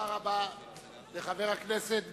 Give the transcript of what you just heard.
תודה רבה לחבר הכנסת גילאון.